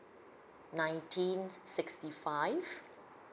nineteen sixty five